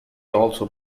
also